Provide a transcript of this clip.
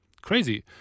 crazy